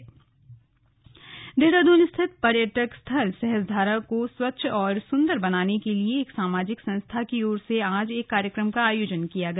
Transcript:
slug स्वच्छता कार्यक्रम देहरादून स्थित पर्यटक स्थल सहस्त्रधारा को स्वच्छ और सुंदर बनाने के लिए एक सामाजिक संस्था की ओर से आज एक कार्यक्रम का आयोजन किया गया